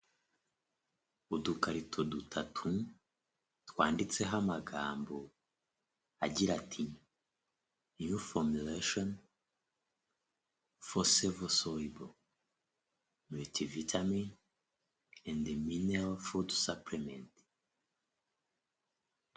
Udukarito dutatu twanditseho amagambo agira ati new formulation forcevo soluble multivitamin and food mineral supplement.